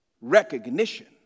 Recognition